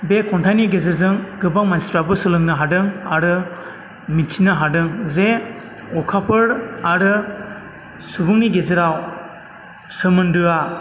बे खन्थाइनि गेजेरजों गोबां मानसिफ्राबो सोलोंनो हादों आरो मिथिनो हादों जे अखाफोर आरो सुबुंनि गेजेराव सोमोन्दोआ